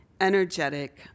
energetic